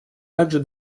также